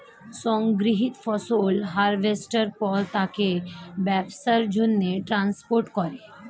সংগৃহীত ফসল হারভেস্টের পর তাকে ব্যবসার জন্যে ট্রান্সপোর্ট করে